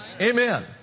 Amen